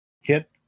hit